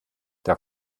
der